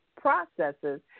processes